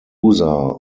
loser